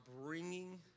bringing